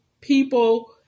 people